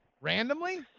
Randomly